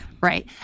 Right